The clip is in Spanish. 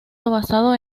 basado